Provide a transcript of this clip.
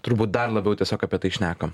turbūt dar labiau tiesiog apie tai šnekam